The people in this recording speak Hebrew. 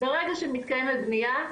ברגע שמתקיימת בנייה,